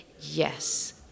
yes